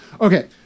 Okay